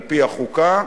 על-פי החוקה,